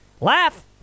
Laugh